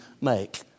make